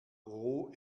roh